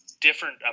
different